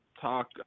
talk